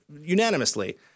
unanimously